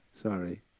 sorry